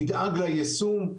ידאג ליישום.